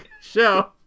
show